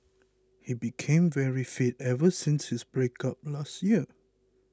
he became very fit ever since his breakup last year